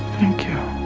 thank you.